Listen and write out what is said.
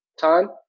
time